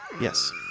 Yes